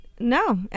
No